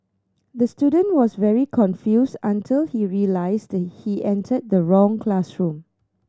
the student was very confused until he realised he entered the wrong classroom